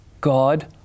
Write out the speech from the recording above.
God